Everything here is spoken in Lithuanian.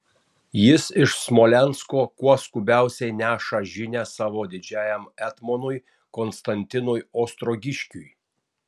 jis iš smolensko kuo skubiausiai neša žinią savo didžiajam etmonui konstantinui ostrogiškiui